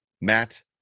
matt